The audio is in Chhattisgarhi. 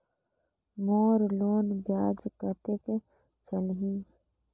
मोर लोन ब्याज कतेक चलही?